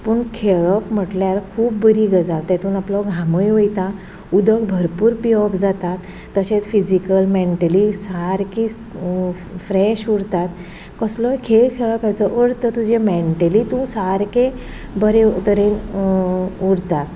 पूण खेळप म्हटल्यार खूब बरी गजाल तेतून आपलो घामूय वयता उदक भरपूर पियप जाता तशेंच फिजीकल मेंटली सारकें फ्रेश उरतात कसलोय खेळ खेळप हाजो अर्थ तुजो मेंटली तूं सारकें बरे तरेन उरता